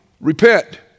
repent